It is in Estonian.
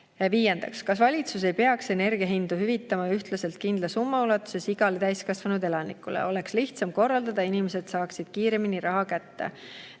Viiendaks: "Kas valitsus ei peaks energiahindu hüvitama ühtlaselt kindla summa ulatuses igale täiskasvanud elanikule? Oleks lihtsam korraldada ja inimesed saaks raha kiiremini kätte?"